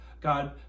God